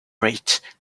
reached